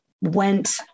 went